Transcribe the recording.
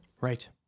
right